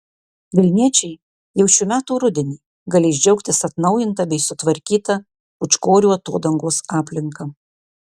vilniečiai jau šių metų rudenį galės džiaugtis atnaujinta bei sutvarkyta pūčkorių atodangos aplinka